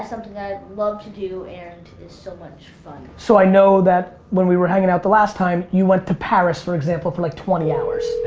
something i've love to do and is so much fun. so i know that when we were hanging out the last time, you went to paris for example for like twenty hours.